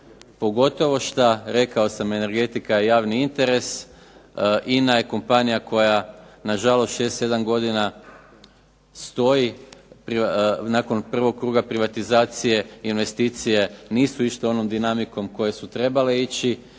pogotovo šta rekao sam energetika je javni interes, INA je kompanija koja na žalost 6, 7 godina stoji, nakon prvog kruga privatizacije investicije nisu išle onom dinamikom kojom su trebale ići